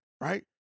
right